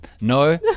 No